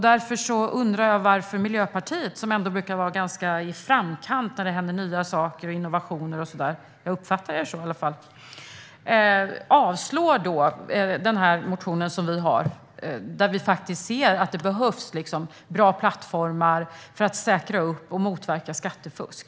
Därför undrar jag varför Miljöpartiet, som ändå brukar vara i framkant när det händer nya saker, innovationer och annat - jag uppfattar er så i alla fall - avslår vår motion om behovet av bra plattformar för att motverka skattefusk.